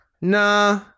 Nah